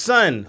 Son